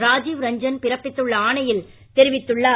ராஜிவ் ரஞ்சன் பிறப்பித்துள்ள ஆணையில் தெரிவித்துள்ளார்